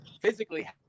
Physically